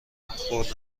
خوردن